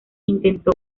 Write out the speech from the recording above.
intentó